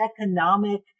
economic